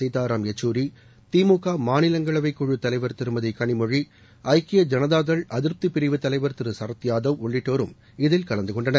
சீதாராம் யெச்சூரி திமுக மாநிலங்களவைக்குழுத் தலைவர் திருமதி கனிமொழி ஐக்கிய ஜனதா தள் அதிருப்திப்பிரிவு தலைவர் திரு சரத் யாதவ் உள்ளிட்டோரும் இதில் கலந்து கொண்டனர்